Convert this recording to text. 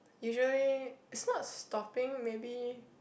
usually it's not stopping maybe